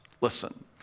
Listen